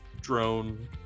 drone